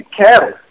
cattle